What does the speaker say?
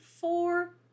four